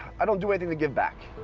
i don't do anything to get back.